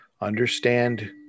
understand